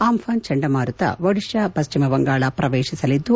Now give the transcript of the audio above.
ಆಂಘಾನ್ ಚಂಡಮಾರುತ ಒಡಿತಾ ಪಶ್ಲಿಮ ಬಂಗಾಳ ಪ್ರವೇತಿಸಲಿದ್ದು